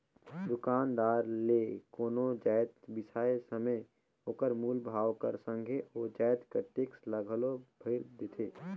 दुकानदार ले कोनो जाएत बिसाए समे में ओकर मूल भाव कर संघे ओ जाएत कर टेक्स ल घलो भइर देथे